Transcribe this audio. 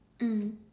mm